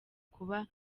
kuba